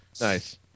Nice